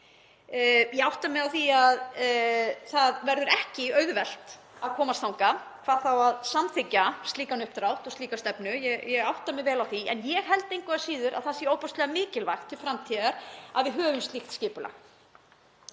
Ég átta mig á því að það verður ekki auðvelt að komast þangað, hvað þá að samþykkja slíkan uppdrátt og slíka stefnu, ég átta mig vel á því. En ég held engu að síður að það sé ofboðslega mikilvægt til framtíðar að við höfum slíkt skipulag.